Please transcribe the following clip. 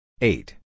Eight